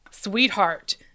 Sweetheart